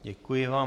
Děkuji vám.